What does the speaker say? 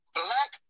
black